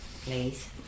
please